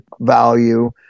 value